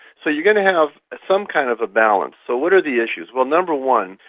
so you're going to have some kind of balance. so what are the issues? well, number one,